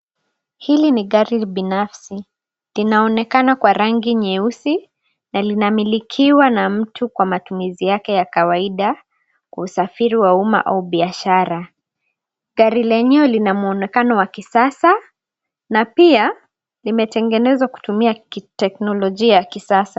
Hili ni gari binafsi. Linaonekana kwa rangi nyeusi na linamilikiwa na mtu kwa matumizi yake ya kawaida, kwa usafiri wa umma au biashara. Gari lenyewe lina mwonekano wa kisasa na pia limetengenezwa kutumia kiteknolojia ya kisasa.